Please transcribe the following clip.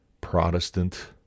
Protestant